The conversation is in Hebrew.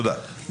תודה.